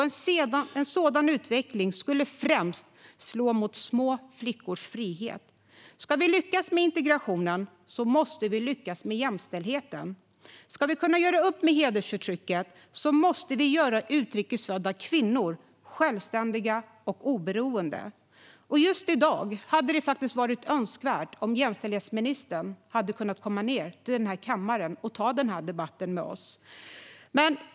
En sådan utveckling skulle främst slå mot små flickors frihet. Om vi ska lyckas med integrationen måste vi lyckas med jämställdheten. Om vi ska kunna göra upp med hedersförtrycket måste vi göra utrikesfödda kvinnor självständiga och oberoende. Just i dag hade det varit önskvärt om jämställdhetsministern hade kunnat komma hit till kammaren och ta debatten med oss.